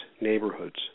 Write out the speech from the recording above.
neighborhoods